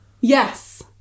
Yes